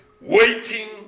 Waiting